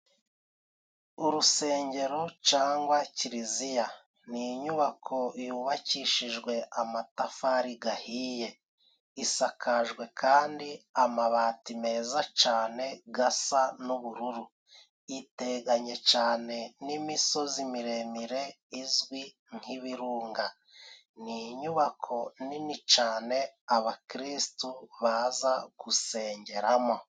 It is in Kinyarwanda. Urusengero cangwa kiliziya ni inyubako yubakishijwe amatafari gahiye. Isakajwe kandi amabati meza cane gasa n'ubururu. Iteganye cane n'imisozi miremire izwi nk'ibirunga, ni inyubako nini cane abakristu baza gusengeramo.